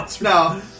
No